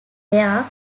were